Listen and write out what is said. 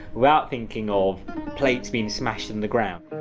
without thinking of plates being smashed in the ground.